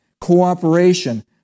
cooperation